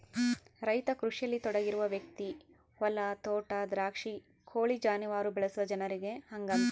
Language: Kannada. ರೈತ ಕೃಷಿಯಲ್ಲಿ ತೊಡಗಿರುವ ವ್ಯಕ್ತಿ ಹೊಲ ತೋಟ ದ್ರಾಕ್ಷಿ ಕೋಳಿ ಜಾನುವಾರು ಬೆಳೆಸುವ ಜನರಿಗೆ ಹಂಗಂತಾರ